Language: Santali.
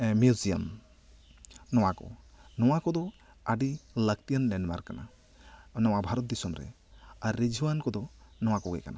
ᱢᱤᱭᱩᱡᱤᱭᱟᱢ ᱱᱚᱣᱟ ᱠᱚ ᱱᱚᱣᱟ ᱠᱚ ᱫᱚ ᱟᱹᱰᱤ ᱞᱟᱹᱠᱛᱤᱛᱟᱱ ᱞᱮᱱᱰᱢᱟᱨᱠ ᱠᱟᱱᱟ ᱱᱚᱣᱟ ᱵᱷᱟᱨᱚᱛ ᱫᱤᱥᱚᱢ ᱨᱮ ᱟᱨ ᱨᱤᱡᱷᱟᱹᱣᱟᱱ ᱠᱚ ᱫᱚ ᱱᱚᱣᱟ ᱠᱚᱜᱮ ᱠᱟᱱᱟ